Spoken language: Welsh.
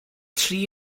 tri